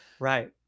Right